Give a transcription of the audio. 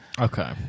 okay